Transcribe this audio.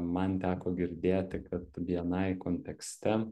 man teko girdėti kad bni kontekste